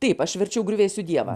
taip aš verčiau griuvėsių dievą